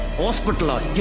hospitalized.